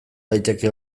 daiteke